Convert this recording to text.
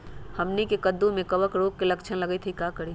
हमनी के कददु में कवक रोग के लक्षण हई का करी?